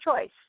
choice